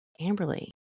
Amberly